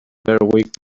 berwick